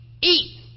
eat